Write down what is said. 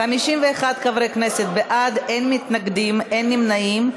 51 בעד, אין מתנגדים, אין נמנעים.